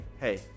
hey